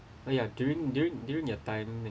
oh ya during during during your time